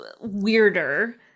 weirder